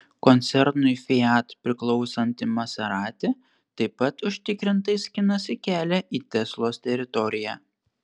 koncernui fiat priklausanti maserati taip pat užtikrintai skinasi kelią į teslos teritoriją